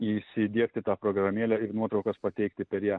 įsidiegti tą programėlę ir nuotraukas pateikti per ją